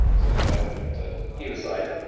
same side, different side, doesn't matter? either side,